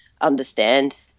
understand